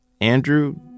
Andrew